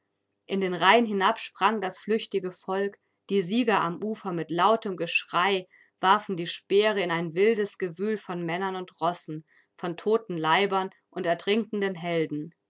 in den rhein hinab sprang das flüchtige volk die sieger am ufer mit lautem geschrei warfen die speere in ein wildes gewühl von männern und rossen von toten leibern und ertrinkenden helden